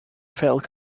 felt